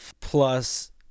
plus